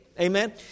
Amen